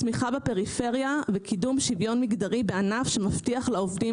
תמיכה בפריפריה וקידום שוויון מגדרי בענף שמבטיח לעובדים